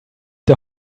der